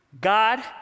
God